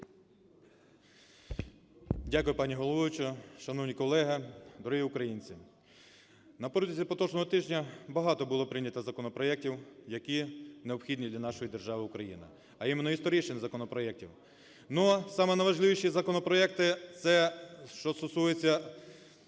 Дякую, пані головуюча. Шановні колеги, дорогі українці! На протязі поточного тижня багато було прийнято законопроектів, які необхідні для нашої держави Україна, а іменно історичних законопроектів.